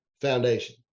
foundation